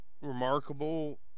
remarkable